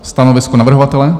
Stanovisko navrhovatele?